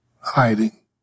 hiding